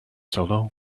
solo